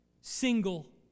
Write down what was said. single